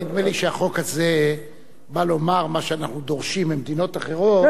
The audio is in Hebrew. נדמה לי שהחוק הזה בא לומר: מה שאנחנו דורשים ממדינות אחרות,